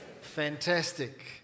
Fantastic